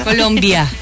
Colombia